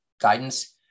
guidance